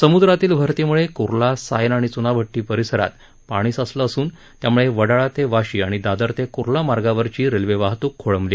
समुद्रातल्या भरतीमुळे कर्ला सायन आणि च्नाभट्टी परिसरात पाणी साचलं असून त्यामुळे वडाळा ते वाशी आणि दादर ते कुर्ला मार्गावरील रेल्वे वाहतूक खोळंबली